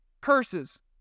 curses